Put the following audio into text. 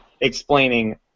explaining